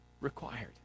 required